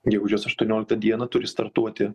gegužės aštuonioliktą dieną turi startuoti